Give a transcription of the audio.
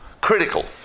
critical